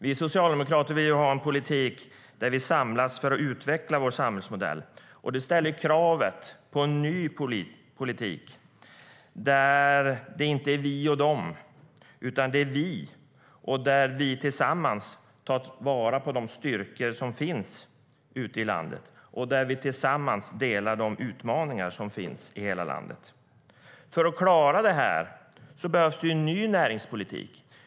Vi socialdemokrater vill ha en politik där vi samlas för att utveckla vår samhällsmodell, och det ställer krav på en ny politik där det inte är vi och de, utan vi , där vi tillsammans tar vara på de styrkor som finns ute i landet och där vi tillsammans delar de utmaningar som finns i hela landet. För att klara detta behövs en ny näringspolitik.